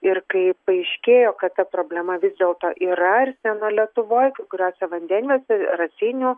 ir kai paaiškėjo kad ta problema vis dėlto yra arseno lietuvoj kai kuriose vandenvietėse raseinių